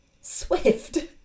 swift